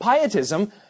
pietism